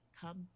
come